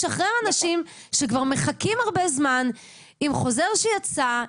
תשחרר אנשים שכבר מחכים הרבה זמן עם חוזר שיצא.